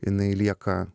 jinai lieka